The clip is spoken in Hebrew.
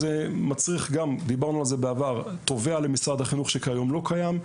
זה מצריך תובע למשרד החינוך שכיום לא קיים.